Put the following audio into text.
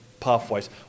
pathways